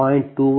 010